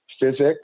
Physics